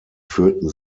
führten